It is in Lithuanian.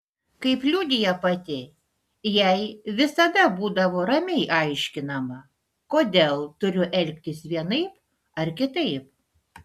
kaip liudija pati jai visada būdavo ramiai aiškinama kodėl turiu elgtis vienaip ar kitaip